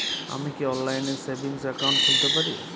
আমি কি অনলাইন এ সেভিংস অ্যাকাউন্ট খুলতে পারি?